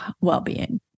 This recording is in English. well-being